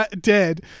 dead